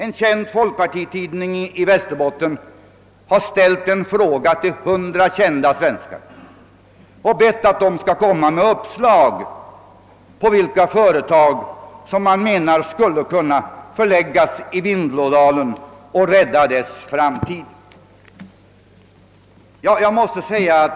En folkpartitidning i Västerbotten har bett 100 kända svenskar komma med uppslag om vilka företag man menar skulle kunna förläggas i Vindelådalen och rädda dess framtid.